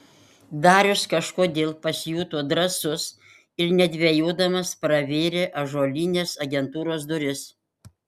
darius kažkodėl pasijuto drąsus ir nedvejodamas pravėrė ąžuolines agentūros duris